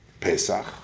Pesach